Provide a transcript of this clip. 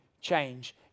change